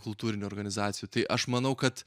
kultūrinių organizacijų tai aš manau kad